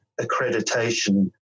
accreditation